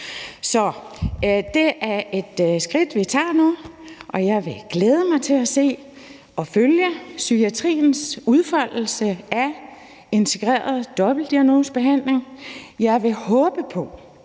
Så det er et skridt, vi nu tager, og jeg vil glæde mig til at se og følge psykiatriens udfoldelse af en integreret dobbeltdiagnosebehandling, og jeg vil håbe på,